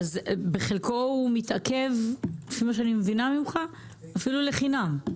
חלקו מתעכב אפילו לחינם?